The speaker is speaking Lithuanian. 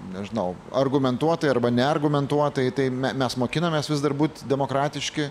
nežinau argumentuotai arba neargumentuotai tai me mes mokinamės vis dar būt demokratiški